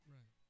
Right